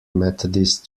methodist